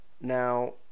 now